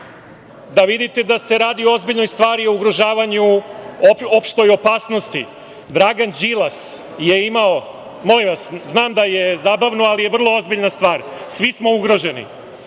Da vidite da se radi o ozbiljnoj stvari o ugrožavanju, opštoj opasnosti. Dragan Đilas je imao…Molim vas, znam da je zabavno ali je vrlo ozbiljna stvar, svi smo ugroženi. Dragan